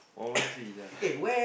one one three ya